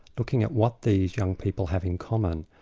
looking at what these young people have in common,